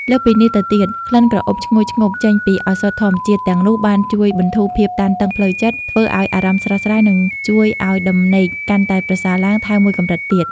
លើសពីនេះទៅទៀត ក្លិនក្រអូបឈ្ងុយឈ្ងប់ចេញពីឱសថធម្មជាតិទាំងនោះបានជួយបន្ធូរភាពតានតឹងផ្លូវចិត្ត ធ្វើឲ្យអារម្មណ៍ស្រស់ស្រាយ និងជួយឲ្យដំណេកកាន់តែប្រសើរឡើងថែមមួយកម្រិតទៀត។